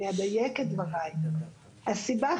הסיבה,